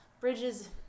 Bridges